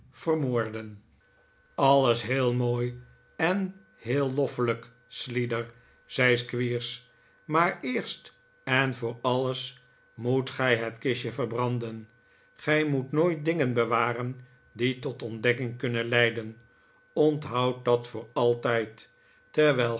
vermoorden alles heel mooi en heel loffelijk slider zei squeers maar eerst en voor alles moet gij het kistje verbranden gij moet nooit dingen bewaren die tot ontdekking kunnen leiden onthoud dat voor altijd terwijl